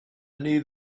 need